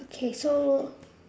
okay so